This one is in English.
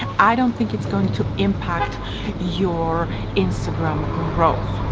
i don't think it's going to impact your instagram growth.